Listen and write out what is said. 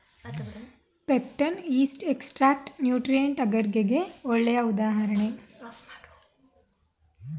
peptone, yeast extract nutrient ಅಗರ್ಗೆ ಗೆ ಒಳ್ಳೆ ಉದಾಹರಣೆ